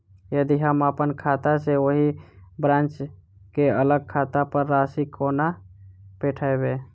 यदि हम अप्पन खाता सँ ओही ब्रांच केँ अलग खाता पर राशि कोना पठेबै?